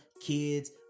kids